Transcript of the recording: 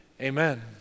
Amen